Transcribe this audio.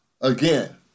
again